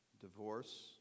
divorce